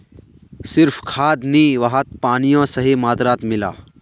सिर्फ खाद नी वहात पानियों सही मात्रात मिला